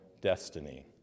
destiny